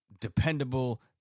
dependable